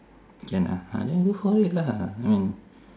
can ah ah then go for it lah I mean